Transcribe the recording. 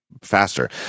faster